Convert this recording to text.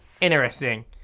Interesting